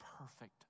perfect